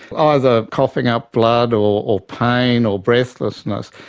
either coughing up blood or pain or breathlessness.